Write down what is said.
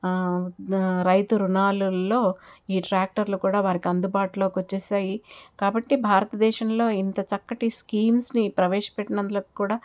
రైతు రుణాలల్లో ఈ ట్రాక్టర్లు కూడా వారికి అందుబాటులోకి వచ్చేసాయి కాబట్టి భారతదేశంలో ఇంత చక్కటి స్కీమ్స్ని ప్రవేశపెట్టినందులకు కూడా